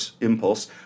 impulse